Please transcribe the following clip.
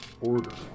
order